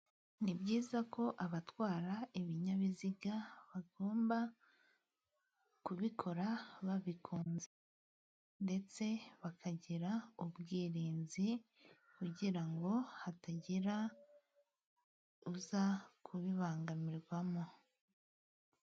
Ni byiza ko abatwara ibinyabiziga bagomba kubikora babikunze, ndetse bakagira ubwirinzi, kugira ngo hatagira uza kubibangamirwamo.